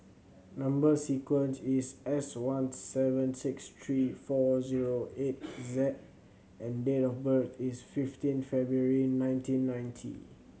number sequence is S one seven six three four zero eight Z and date of birth is fifteen February nineteen ninety